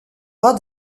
pas